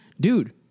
Dude